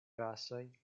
rasoj